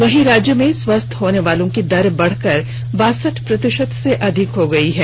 वहीं राज्य में स्वस्थ होने वालों की दर बढ़कर बासठ प्रतिशत से अधिक हो गई है